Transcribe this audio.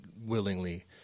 willingly